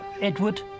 Edward